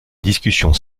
discussions